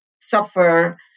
suffer